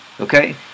Okay